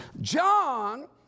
John